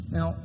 Now